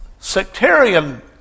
Sectarian